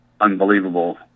unbelievable